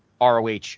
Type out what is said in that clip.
ROH